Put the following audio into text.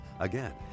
Again